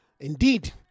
Indeed